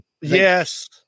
yes